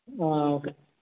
ಹಾಂ ಓಕೆ